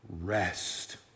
Rest